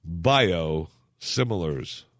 Biosimilars